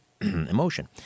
emotion